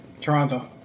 Toronto